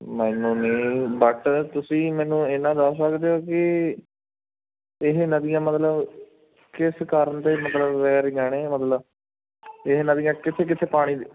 ਮੈਨੂੰ ਨੀ ਬਟ ਤੁਸੀਂ ਮੈਨੂੰ ਇਨਾਂ ਦੱਸ ਸਕਦੇ ਹੋ ਕਿ ਇਹ ਨਦੀਆਂ ਮਤਲਬ ਕਿਸ ਕਾਰਨ ਦੇ ਮਤਲਬ ਵੈਹ ਰਹੀਆਂ ਨੇ ਮਤਲਬ ਇਹ ਨਦੀਆਂ ਕਿੱਥੇ ਕਿੱਥੇ ਪਾਣੀ